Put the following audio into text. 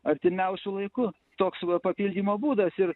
artimiausiu laiku toks va papildymo būdas ir